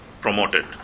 promoted